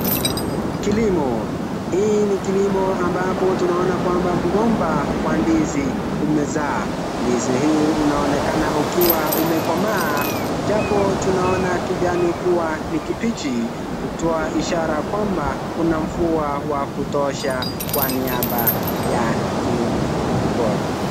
Kilimo, hii ni kilimo ambapo tunaona kwamba mgomba wa ndizi umezaa. Ndizi hii unaonekana ukiwa umekomaa japo tunaona kuwa kijani ni kibichi kutoa ishara kwamba kuna mvua ya kutosha kwa niaba ya kilimo bora.